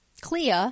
Clea